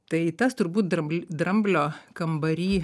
tai tas turbūt drambly dramblio kambary